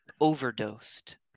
overdosed